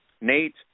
Nate